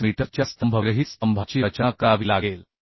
5 metre च्या स्तंभविरहित स्तंभाची रचना करावी लागेल